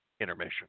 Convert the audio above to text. intermission